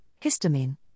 histamine